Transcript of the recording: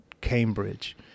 Cambridge